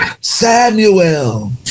Samuel